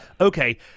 okay